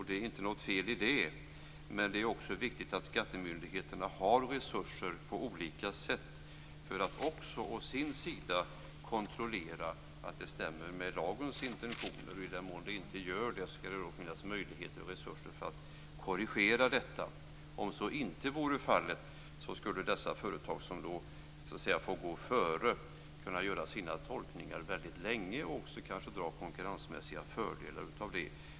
Det är inte något fel i det men det är viktigt att skattemyndigheterna har resurser på olika sätt för att också å sin sida kontrollera att det stämmer med lagens intentioner. I den mån det inte gör det skall det finnas möjligheter och resurser för att korrigera detta. Om så inte vore fallet skulle dessa företag, som så att säga får gå före, väldigt länge kunna göra sina tolkningar och kanske också dra konkurrensmässiga fördelar av det.